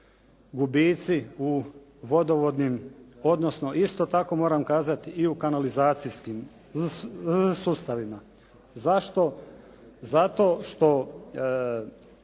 gubici u vodovodnim odnosno isto tako moram kazati i u kanalizacijskim sustavima. Zašto? Zato što